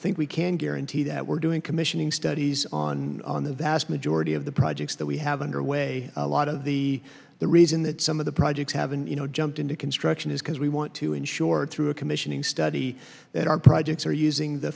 think we can guarantee that we're doing commissioning studies on on the vast majority of the projects that we have underway a lot of the the reason that some of the projects haven't you know jumped into construction is because we want to ensure through a commissioning study that our projects are using the